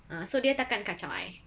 ah so dia tak akan kacau I